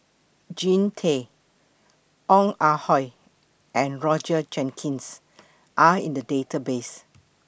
Jean Tay Ong Ah Hoi and Roger Jenkins Are in The Database